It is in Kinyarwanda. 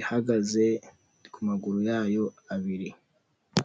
ihagaze ku maguru yayo abiri.